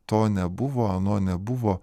to nebuvo ano nebuvo